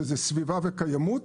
שזה סביבה וקיימות,